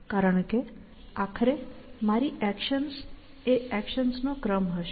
કારણ કે આખરે મારી એક્શન્સ એ એક્શન્સનો ક્રમ હશે